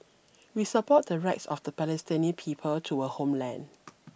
we support the rights of the Palestinian people to a homeland